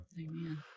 Amen